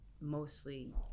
mostly